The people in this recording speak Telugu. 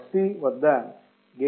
fc వద్ద గెయిన్ విలువ 0